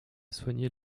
soigné